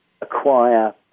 acquire